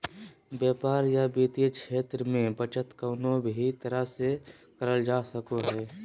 व्यापार या वित्तीय क्षेत्र मे बचत कउनो भी तरह से करल जा सको हय